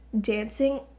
dancing